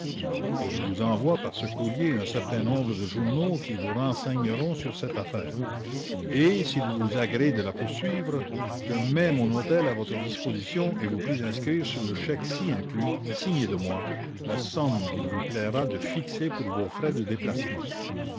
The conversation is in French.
je vous envoie par ce courrier un certain nombre de journaux qui vous renseigneront sur cette affaire et s'il vous agrée de la poursuivre je mets mon hôtel à votre disposition et vous prie d'inscrire sur le chèque ci inclus signé de moi la somme qu'il vous plaira de fixer pour vos frais de déplacement